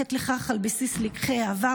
נערכת לכך על בסיס לקחי העבר?